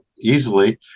easily